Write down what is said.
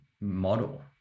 model